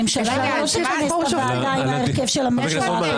הממשלה לא תכנס את הוועדה עם ההרכב של הממשלה הקודמת.